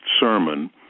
sermon